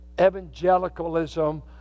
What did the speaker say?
evangelicalism